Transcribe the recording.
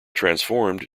transformed